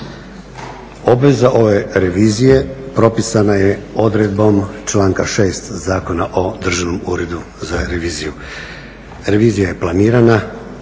Obveza ove revizije propisana je odredbom članka 6. Zakona o Državnom uredu za reviziju. Revizija je planirana